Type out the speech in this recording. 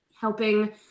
helping